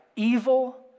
evil